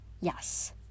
yes